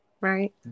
Right